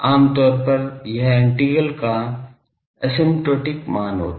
आम तौर पर यह इंटीग्रल का असिम्प्टोटिक मान होगा